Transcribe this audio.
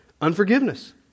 Unforgiveness